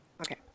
okay